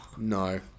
No